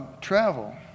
travel